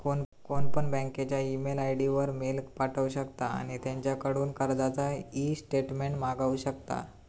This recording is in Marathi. कोणपण बँकेच्या ईमेल आय.डी वर मेल पाठवु शकता आणि त्यांच्याकडून कर्जाचा ईस्टेटमेंट मागवु शकता